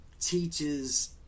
teaches